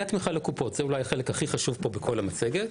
התמיכה לקופות זה אולי החלק הכי חשוב פה בכל המצגת.